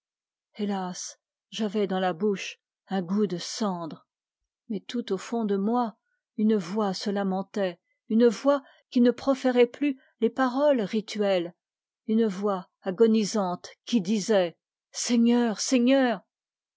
hélas j'avais dans la bouche un goût de cendre mais tout au fond de mon être une voix lamentait une voix qui ne proférait plus les paroles rituelles une voix agonisante qui disait seigneur seigneur